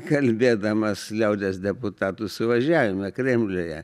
kalbėdamas liaudies deputatų suvažiavime kremliuje